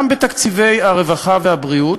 גם בתקציבי הרווחה והבריאות: